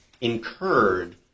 incurred